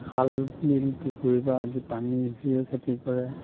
খাল বিল পুখুৰীৰপৰা আদি পানী সিঁচিও খেতি কৰে